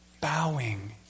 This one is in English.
bowing